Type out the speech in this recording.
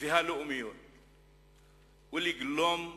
והלאומיות ו"לגלום"